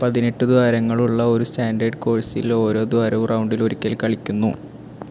പതിനെട്ട് ദ്വാരങ്ങളുള്ള ഒരു സ്റ്റാൻഡേർഡ് കോഴ്സിൽ ഓരോ ദ്വാരവും റൗണ്ടിൽ ഒരിക്കൽ കളിക്കുന്നു